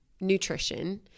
nutrition